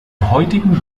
heutigen